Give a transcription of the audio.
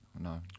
No